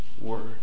Word